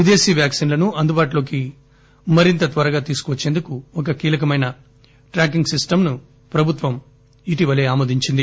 విదేశీ వ్యాక్సివ్లను అందుబాటులోకి మరింత త్వరగా తీసుకువచ్చేందుకు ఒక కీలకమైన ట్రాకింగ్ సిస్టమ్ ను ప్రభుత్వం మొన్న ఆమోదించింది